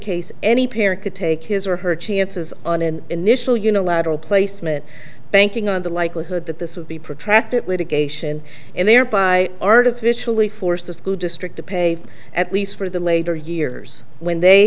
case any parent could take his or her chances on an initial unilateral placement banking on the likelihood that this would be protracted litigation and thereby artificially force the school district to pay at least for the later years when they